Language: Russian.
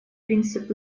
принцип